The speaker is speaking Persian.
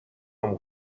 عمو